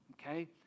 Okay